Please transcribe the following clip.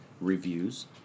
reviews